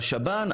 בשב"ן,